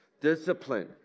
Discipline